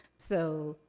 so,